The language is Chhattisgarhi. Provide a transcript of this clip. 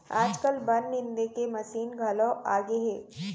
आजकाल बन निंदे के मसीन घलौ आगे हे